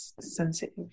sensitive